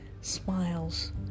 smiles